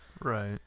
Right